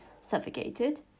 suffocated